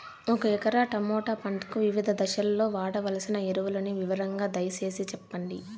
ఒక ఎకరా టమోటా పంటకు వివిధ దశల్లో వాడవలసిన ఎరువులని వివరంగా దయ సేసి చెప్పండి?